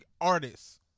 artists